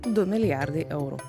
du milijardai eurų